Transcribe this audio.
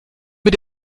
mit